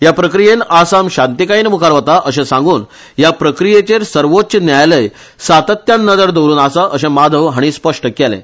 ह्या प्रक्रियेंत आसाम शांतीकायेन मुखार वता अशें सांगुन ह्या प्रक्रियेचेर सर्वोच्च न्यायालय सातत्त्यान नदर दवरुन आसा अशें माधव हाणी स्पश्ट केलें